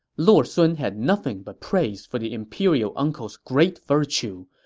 lord sun had nothing but praise for the imperial uncle's great virtue.